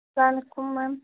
السلام علیکم میم